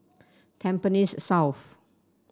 Tampines South